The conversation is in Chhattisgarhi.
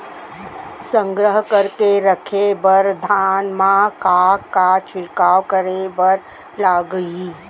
संग्रह करके रखे बर धान मा का का छिड़काव करे बर लागही?